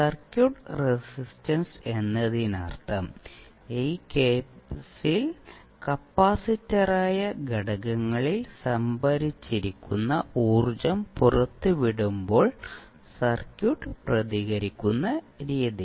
circuit resistance എന്നതിനർത്ഥം ഈ കേസിൽ കപ്പാസിറ്ററായ ഘടകങ്ങളിൽ സംഭരിച്ചിരിക്കുന്ന ഊർജ്ജം പുറത്തുവിടുമ്പോൾ സർക്യൂട്ട് പ്രതികരിക്കുന്ന രീതി